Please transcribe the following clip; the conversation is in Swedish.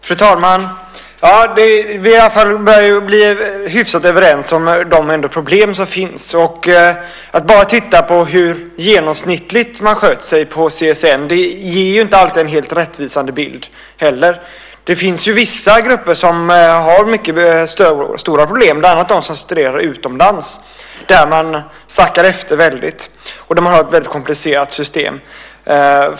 Fru talman! Vi börjar bli hyfsat överens om de problem som finns. Att bara titta på hur man genomsnittligt har skött sig på CSN ger inte alltid en helt rättvisande bild. Vissa grupper har stora problem. Det gäller bland annat dem som studerar utomlands. Där sackar man efter väldigt och har ett komplicerat system.